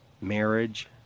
marriage